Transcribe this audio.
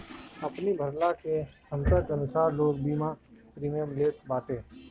अपनी भरला के छमता के अनुसार लोग बीमा प्रीमियम लेत बाटे